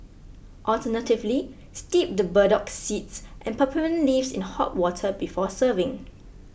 alternatively steep the burdock seeds and peppermint leaves in hot water before serving